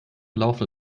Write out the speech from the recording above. gelaufen